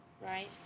right